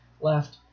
Left